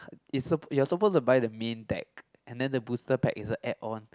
it's sup~ you're supposed to buy the main deck and then the booster pack is a add on